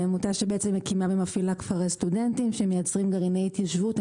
זו עמותה שבעצם מקימה ומפעילה כפרי סטודנטים שמייצרים גרעיני התיישבות.